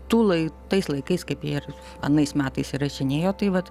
tū lai tais laikais kaip ir anais metais įrašinėjo tai vat